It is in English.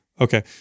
Okay